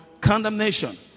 condemnation